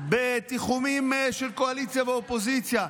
בתיחומים של קואליציה ואופוזיציה.